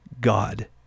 God